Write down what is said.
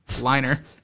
liner